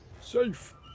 Safe